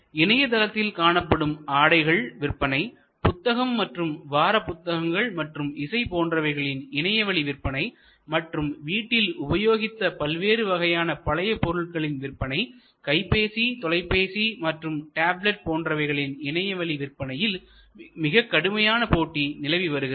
இணையதளத்தில் காணப்படும் ஆடைகள் விற்பனை புத்தகம் மற்றும் வார புத்தகங்கள் மற்றும் இசை போன்றவைகளின் இணையவழி விற்பனை மற்றும் வீட்டில் உபயோகித்த பல்வேறு வகையான பழைய பொருள்களின் விற்பனை கைப்பேசி தொலைபேசி மற்றும் டேப்லட் போன்றவைகளின் இணையவழி விற்பனையில் மிகக் கடுமையான போட்டி நிலவி வருகிறது